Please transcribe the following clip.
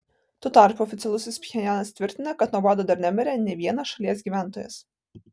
tuo tarpu oficialusis pchenjanas tvirtina kad nuo bado dar nemirė nė vienas šalies gyventojas